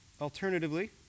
Alternatively